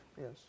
yes